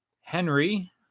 Henry